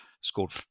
scored